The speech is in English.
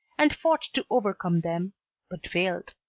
and fought to overcome them but failed.